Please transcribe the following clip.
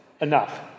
enough